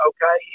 Okay